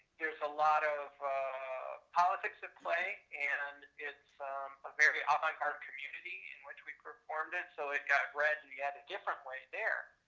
there's a lot of politics at play and it's a very avant-garde community in which we performed it, so it got read and you had a different way there.